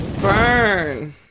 Burn